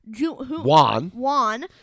Juan